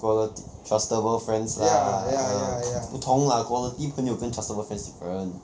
qual~ trustable friends lah ah 不同 lah quality 朋友跟 trustable friends different